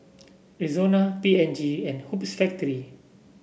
Rexona P and G and Hoops